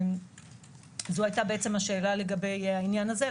זו היתה השאלה לגבי העניין הזה,